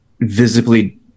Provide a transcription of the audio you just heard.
visibly